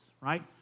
right